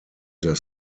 their